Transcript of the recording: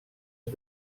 سپس